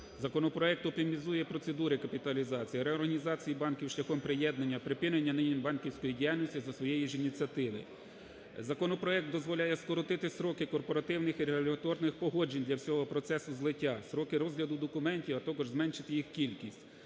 Законопроект оптимізує процедури капіталізації, реорганізації банків шляхом приєднання, припинення банківської діяльності за своєї ж ініціативи. Законопроект дозволяє скоротити строки корпоративних і регуляторних погоджень для всього процесу злиття, строки розгляду документів, а також зменшити їх кількість,